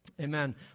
Amen